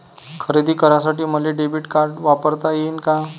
खरेदी करासाठी मले डेबिट कार्ड वापरता येईन का?